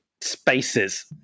spaces